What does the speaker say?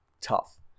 tough